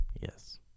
Yes